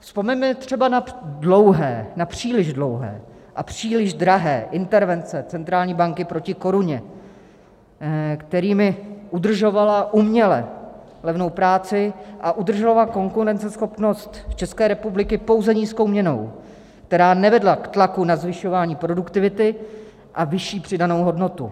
Vzpomeňme třeba na dlouhé, na příliš dlouhé, a příliš drahé intervence centrální banky proti koruně, kterými udržovala uměle levnou práci a udržovala konkurenceschopnost České republiky pouze nízkou měnou, která nevedla k tlaku na zvyšování produktivity a vyšší přidanou hodnotu.